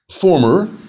Former